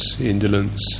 indolence